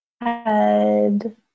head